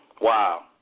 Wow